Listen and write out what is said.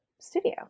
studio